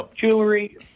jewelry